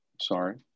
sorry